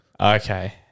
Okay